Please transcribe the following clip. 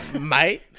Mate